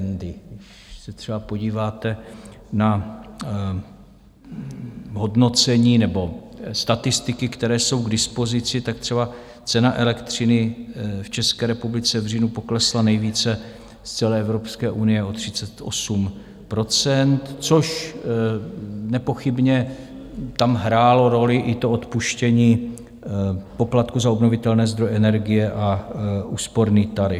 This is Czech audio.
Když se třeba podíváte na hodnocení nebo statistiky, které jsou k dispozici, tak třeba cena elektřiny v České republice v říjnu poklesla nejvíce z celé Evropské unie, o 38 %, což nepochybně tam hrálo roli i odpuštění poplatku za obnovitelné zdroje energie a úsporný tarif.